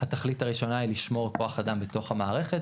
התכלית הראשונה היא לשמור כוח אדם בתוך המערכת,